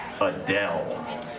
Adele